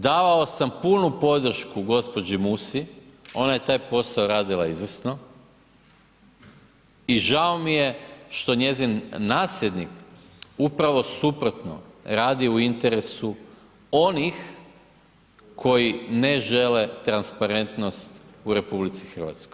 Davao sam punu podršku gđi. Musi, ona je taj posao radila izvrsno i žao mi je što njezin nasljednik upravo suprotno radi u interesu onih koji ne žele transparentnost u RH.